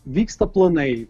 vyksta planai